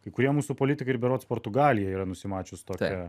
kai kurie mūsų politikai ir berods portugalija yra nusimačius tokią